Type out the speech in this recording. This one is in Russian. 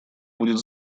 будет